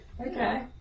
Okay